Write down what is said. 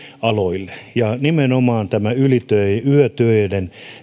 aloille nimenomaan yötöiden